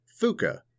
fuka